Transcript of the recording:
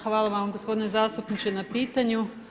Hvala vam gospodine zastupniče na pitanju.